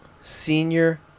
senior